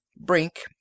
Brink